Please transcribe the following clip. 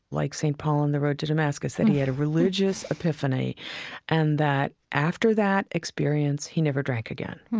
like st. paul on the road to damascus, that he had a religious epiphany and that after that experience he never drank again.